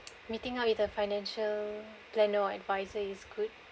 meeting up with a financial planner or adviser is good